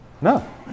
No